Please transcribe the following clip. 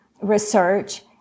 research